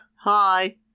Hi